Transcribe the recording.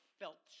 felt